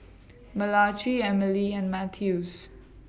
Malachi Emilie and Mathews